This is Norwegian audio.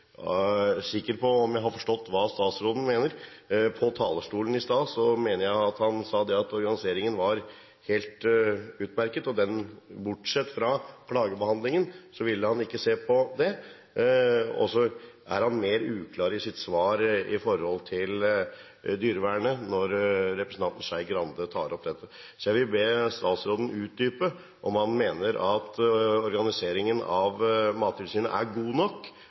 sikker på om jeg har forstått hva statsråden mener. På talerstolen sa han i stad at organiseringen var helt utmerket. Bortsett fra det som gjelder klagebehandlingen, ville han ikke se på den. Da representanten Skei Grande tok opp det som gjelder dyrevernet, var han mer uklar i sitt svar. Så jeg vil be statsråden utdype om han mener organiseringen av Mattilsynet er god nok